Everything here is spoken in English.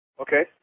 Okay